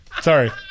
Sorry